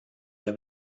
der